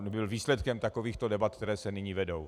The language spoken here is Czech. On by byl výsledkem takovýchto debat, které se nyní vedou.